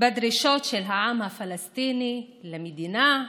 בדרישות של העם הפלסטיני למדינה,